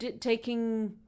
taking